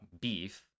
beef